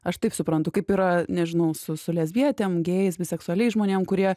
aš taip suprantu kaip yra nežinau su su lesbietėm gėjais biseksualiais žmonėm kurie